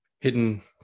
hidden